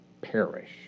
perish